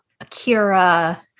Akira